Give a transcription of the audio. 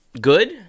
good